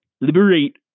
liberate